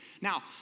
Now